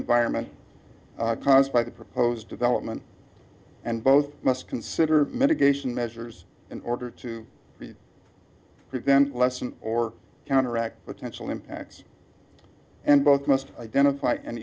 environment caused by the proposed development and both must consider mitigation measures in order to be prevent lessen or counteract potential impacts and both must identify and